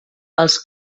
els